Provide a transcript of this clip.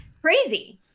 crazy